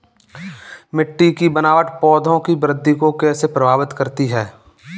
मिट्टी की बनावट पौधों की वृद्धि को कैसे प्रभावित करती है?